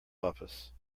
office